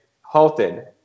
halted